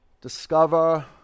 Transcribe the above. Discover